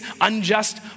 unjust